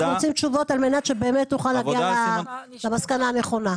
אנחנו רוצים תשובות על מנת שבאמת נוכל להגיע למסקנה הנכונה.